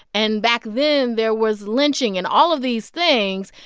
and back then, there was lynching and all of these things.